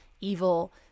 evil